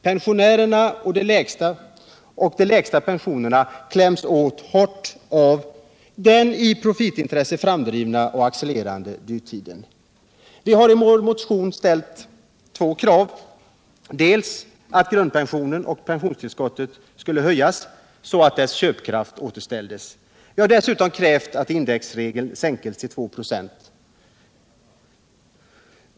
Pensionärerna, särskilt de med små pensioner, kläms åt hårt av den i profitintresse framdrivna och accelererande dyrtiden. Vi har i vår motion ställt två krav: dels att grundpensionen och pensionstillskottet skall höjas så att köpkraften återställs, dels att indexregeln sänks till 2 96.